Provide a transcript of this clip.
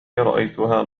رأيتها